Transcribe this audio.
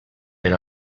per